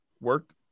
work